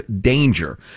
danger